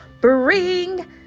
bring